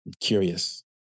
Curious